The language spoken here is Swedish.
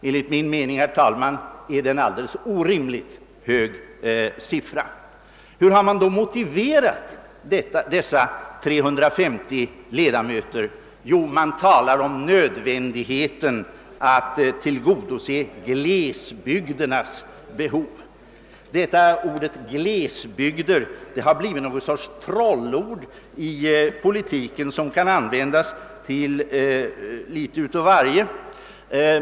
Enligt min mening är det en alldeles orimligt hög siffra. Hur har man då motiverat dessa 350 ledamöter? Jo, man talar om nödvändigheten att »tillgodose glesbygdernas behov». Ordet glesbygder har blivit ett slags trollord i politiken som kan användas till litet av varje.